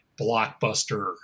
blockbuster